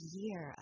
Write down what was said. year